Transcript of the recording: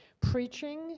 Preaching